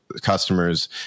customers